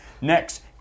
Next